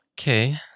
Okay